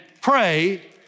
pray